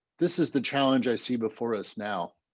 this is the challenge i see before us now.